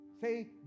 Say